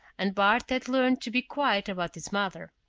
and bart had learned to be quiet about his mother.